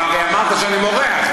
אבל הרי אמרת שאני מורח.